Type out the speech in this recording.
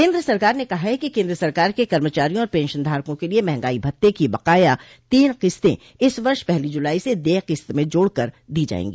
केन्द्र सरकार ने कहा है कि केन्द्र सरकार के कर्मचारियों और पेंशनधारकों के लिए महंगाई भत्ते की बकाया तीन किस्तें इस वर्ष पहली जुलाई से देय किस्त में जोड कर दी जायेंगी